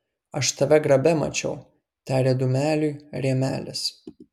aš tave grabe mačiau tarė dūmeliui rėmelis